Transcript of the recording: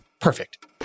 Perfect